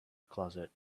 closet